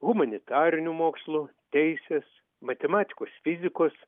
humanitarinių mokslų teisės matematikos fizikos